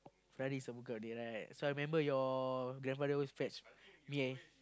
Friday is the book out day right so I remember your grandmother always fetch me and